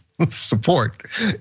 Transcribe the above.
support